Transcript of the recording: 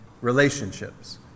relationships